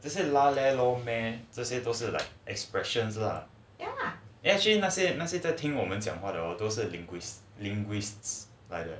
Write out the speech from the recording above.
this is lah leh lor meh 这些都是 like expressions lah actually 那些那些在听我们讲话的都是 linguists linguists like that